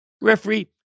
referee